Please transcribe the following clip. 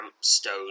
stone